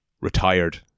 retired